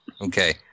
Okay